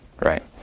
right